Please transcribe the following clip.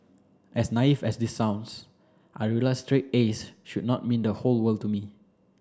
as naive as this sounds I realized straight As should not mean the whole world to me